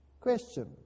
Question